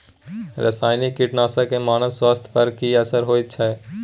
रसायनिक कीटनासक के मानव स्वास्थ्य पर की असर होयत छै?